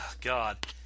god